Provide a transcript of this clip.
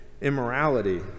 immorality